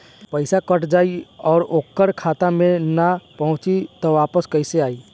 पईसा कट जाई और ओकर खाता मे ना पहुंची त वापस कैसे आई?